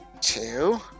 two